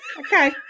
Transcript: okay